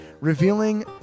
revealing